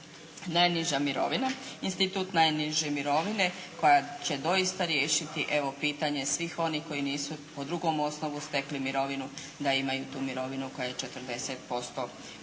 najniža mirovina. Institut najniže mirovine koja će doista riješiti evo pitanje svih onih koji nisu po drugom osnovu stekli mirovinu da imaju tu mirovinu koja je 40%